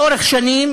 לאורך שנים